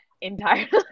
entirely